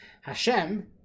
Hashem